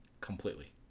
Completely